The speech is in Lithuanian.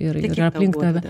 ir ir ir aplink tave